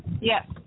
Yes